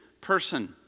person